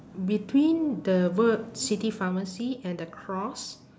between the word city pharmacy and the cross